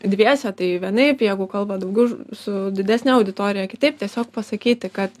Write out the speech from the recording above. dviese tai vienaip jeigu kalba daugiau su didesne auditorija kitaip tiesiog pasakyti kad